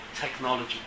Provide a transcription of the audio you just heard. technology